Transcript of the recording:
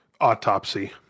autopsy